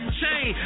chain